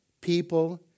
people